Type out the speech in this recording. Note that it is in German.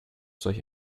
solch